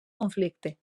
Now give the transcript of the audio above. conflicte